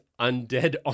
undead